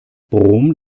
brom